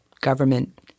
government